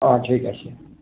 অঁ ঠিক আছে